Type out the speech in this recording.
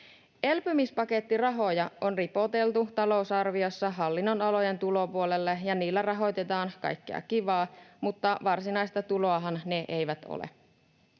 Elpymispakettirahoja on ripoteltu talousarviossa hallinnonalojen tulopuolelle, ja niillä rahoitetaan kaikkea kivaa, mutta varsinaista tuloahan ne eivät ole